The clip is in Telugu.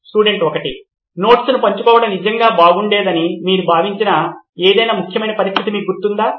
స్టూడెంట్ 1 నోట్స్ పంచుకోవడం నిజంగా బాగుండేదని మీరు భావించిన ఏదైనా ముఖ్యమైన పరిస్థితి మీకు గుర్తుందా